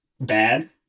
bad